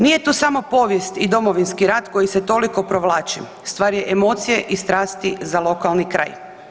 Nije tu samo povijest i Domovinski rat koji se toliko provlači, stvar je emocije i strasti za lokalni kraj.